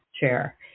chair